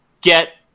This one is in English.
get